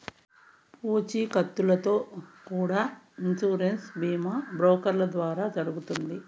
పూచీకత్తుతో కూడా ఇన్సూరెన్స్ బీమా బ్రోకర్ల ద్వారా జరుగుతుంది